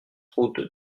route